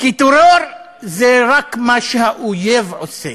כי טרור זה רק מה שהאויב עושה.